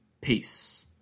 Peace